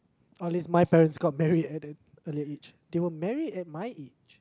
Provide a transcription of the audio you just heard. or at least my parents got married at an earlier age they were married at my age